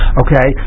okay